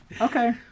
Okay